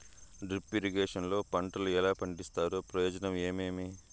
Drip irrigation లో పంటలు ఎలా పండిస్తారు ప్రయోజనం ఏమేమి?